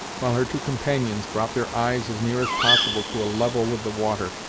while her two companions brought their eyes as near as possible to a level with the water,